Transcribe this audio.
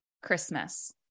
Christmas